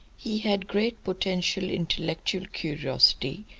he had great potential intellectual curiosity,